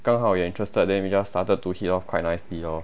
刚好也 interested then we just started to hit off quite nicely lor